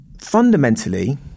Fundamentally